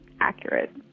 accurate